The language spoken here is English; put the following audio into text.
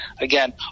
again